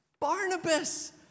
Barnabas